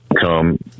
come